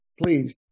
Please